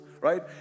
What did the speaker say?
right